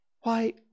Why